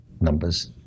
numbers